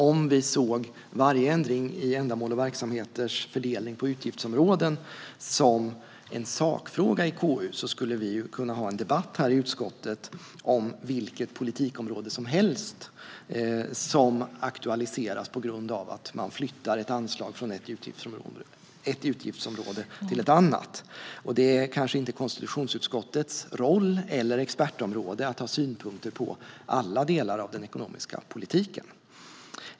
Om vi ser varje ändring i ändamåls och verksamheters fördelning på utgiftsområden som en sakfråga i KU skulle vi kunna ha en debatt i utskottet om vilket politikområde som helst som aktualiseras på grund av att man flyttar ett anslag från ett utgiftsområde till ett annat, och det är kanske inte konstitutionsutskottets roll - eller expertområde - att ha synpunkter på alla delar av den ekonomiska politiken.